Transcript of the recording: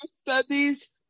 studies